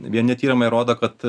vieni tyrimai rodo kad